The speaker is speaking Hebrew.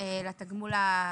לתגמול הבסיסי.